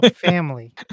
family